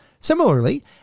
Similarly